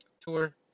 tour